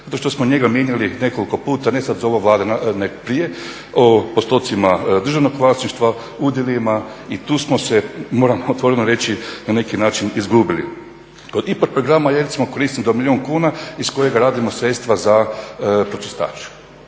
zato što smo njega mijenjali nekoliko puta, ne sad s ovom vladom nego prije, o postotcima državnog vlasništva, udjelima i tu smo se moram otvoreno reći na neki način izgubili. Kod IPARD programa ja recimo koristim do milijun kuna iz kojeg radimo sredstva za pročistač.